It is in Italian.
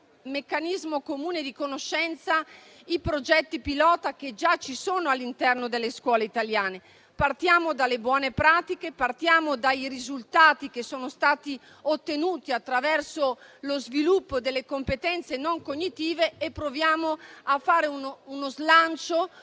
meccanismo comune di conoscenza i progetti pilota che già esistono all'interno delle scuole italiane. Partiamo dalle buone pratiche e dai risultati che sono stati ottenuti attraverso lo sviluppo delle competenze non cognitive e proviamo a fare un salto